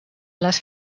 les